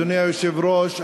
אדוני היושב-ראש,